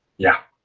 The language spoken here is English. yeah.